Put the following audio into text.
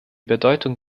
bedeutung